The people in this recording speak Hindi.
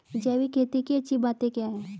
जैविक खेती की अच्छी बातें क्या हैं?